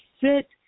sit